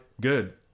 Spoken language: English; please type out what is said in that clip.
good